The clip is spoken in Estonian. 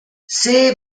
see